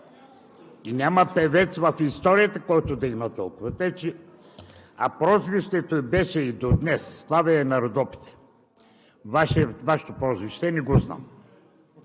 и няма певец в историята, който да е имал толкова, а прозвището ѝ беше и до днес е: „Славеят на Родопите“. Вашето прозвище не го знам.